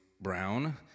brown